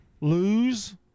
Lose